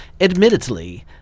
admittedly